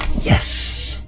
Yes